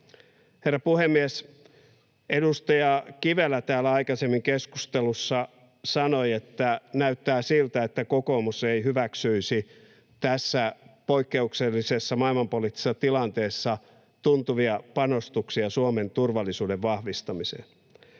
Herra puhemies! Edustaja Kivelä täällä aikaisemmin keskustelussa sanoi, että näyttää siltä, että kokoomus ei hyväksyisi tässä poikkeuksellisessa maailmanpoliittisessa tilanteessa tuntuvia panostuksia Suomen turvallisuuden vahvistamiseen.